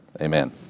amen